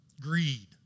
Greed